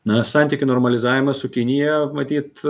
na santykių normalizavimą su kinija matyt